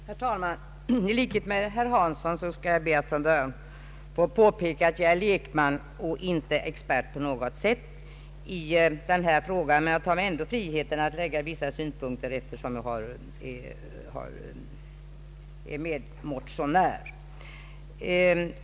Herr talman! I likhet med herr Hansson skall jag från början be att få påpeka att jag är lekman och inte på något sätt expert i denna fråga. Jag tar mig ändå friheten att lägga vissa Synpunkter, eftersom jag är medmotionär.